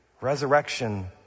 Resurrection